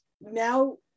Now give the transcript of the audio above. now